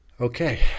Okay